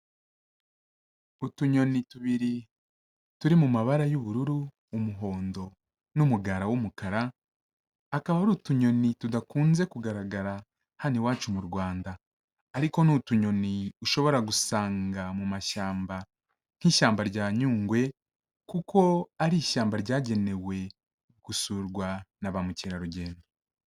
Utunyoni tubiri turi mu mabara y'ubururu, umuhondo n'umugara w'umukara, akaba ari utunyoni tudakunze kugaragara hano iwacu mu Rwanda. Ariko ni utunyoni ushobora gusanga mu mashyamba nk'ishyamba rya Nyungwe, kuko ari ishyamba ryagenewe gusurwa na ba mukerarugendo.